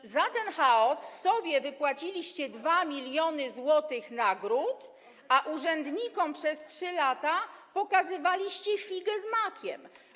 I za ten chaos sobie wypłaciliście 2 mln zł nagród, a urzędnikom przez 3 lata pokazywaliście figę z makiem.